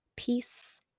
peace